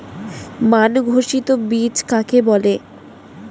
মান ঘোষিত বীজ কাকে বলে?